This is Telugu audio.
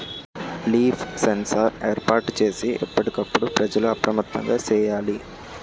లీఫ్ సెన్సార్ ఏర్పాటు చేసి ఎప్పటికప్పుడు ప్రజలు అప్రమత్తంగా సేయాలి